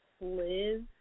live